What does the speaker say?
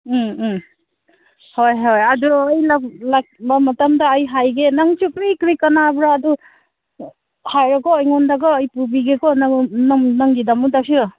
ꯎꯝ ꯎꯝ ꯍꯣꯏ ꯍꯣꯏ ꯑꯗꯨ ꯑꯩꯅ ꯂꯥꯛꯄ ꯃꯇꯝꯗ ꯑꯩ ꯍꯥꯏꯒꯦ ꯅꯪꯁꯨ ꯀꯔꯤ ꯀꯔꯤ ꯀꯥꯟꯅꯕ꯭ꯔꯥ ꯑꯗꯨ ꯍꯥꯏꯔꯣ ꯀꯣ ꯑꯩꯉꯣꯟꯗ ꯀꯣ ꯑꯩ ꯄꯨꯕꯤꯒꯦ ꯀꯣ ꯅꯪ ꯅꯪꯒꯤꯗꯃꯛꯇꯁꯨ